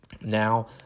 Now